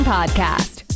Podcast